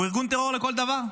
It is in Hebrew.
הוא ארגון טרור לכל דבר.